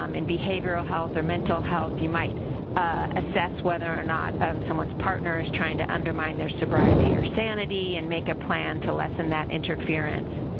um in behavioral health or mental health, you might assess whether or not someone's partner is trying to undermine their sobriety or sanity and make a plan to lessen that interference.